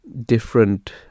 different